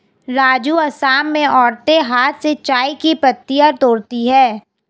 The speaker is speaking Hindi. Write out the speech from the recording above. राजू असम में औरतें हाथ से चाय की पत्तियां तोड़ती है